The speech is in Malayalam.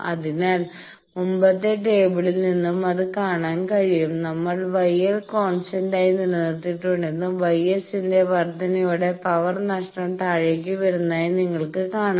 അതിനാൽ മുമ്പത്തെ ടേബിളിൽ നിന്നും അത് കാണാൻ കഴിയും നമ്മൾ γ L കോൺസ്റ്റന്റ് ആയി നിലനിർത്തിയിട്ടുണ്ടെന്നും γS ന്റെ വർദ്ധനയോടെ പവർ നഷ്ടം താഴേക്ക് വരുന്നതായി നിങ്ങൾക്ക് കാണാം